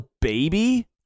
Baby